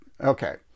Okay